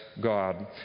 God